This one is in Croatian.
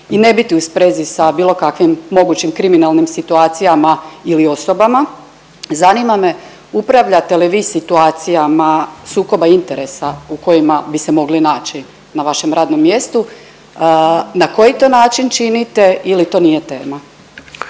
i ne biti u sprezi sa bilo kakvim mogućim kriminalnim situacijama ili osobama. Zanima me upravljate li vi situacijama sukoba interesa u kojima bi se mogli naći na vašem radnom mjestu, na koji to način činite ili to nije tema.